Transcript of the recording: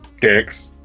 Dicks